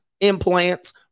implants